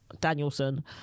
Danielson